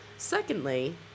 Secondly